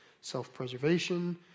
self-preservation